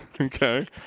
okay